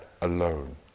alone